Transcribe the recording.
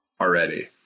already